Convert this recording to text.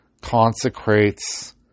consecrates